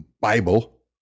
bible